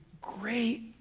great